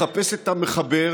לחפש את המחבר,